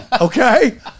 okay